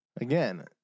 again